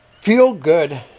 feel-good